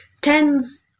ten's